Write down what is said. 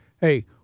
hey